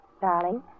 Darling